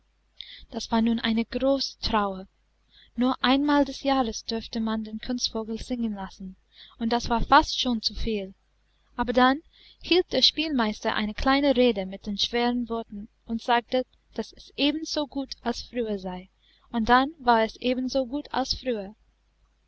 das war nun eine große trauer nur einmal des jahres durfte man den kunstvogel singen lassen und das war fast schon zu viel aber dann hielt der spielmeister eine kleine rede mit den schweren worten und sagte daß es ebenso gut als früher sei und dann war es ebenso gut als früher